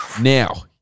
Now